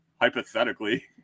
Hypothetically